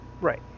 Right